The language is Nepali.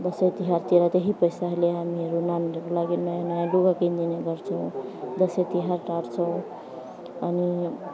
दसैँ तिहारतिर त्यही पैसाहरूले हामीहरू नानीहरूको लागि नयाँ नयाँ लुगा किनिदिने गर्छौँ दसैँतिहार टार्छौँ अनि